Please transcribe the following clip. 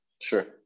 sure